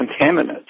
contaminants